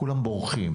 כולם בורחים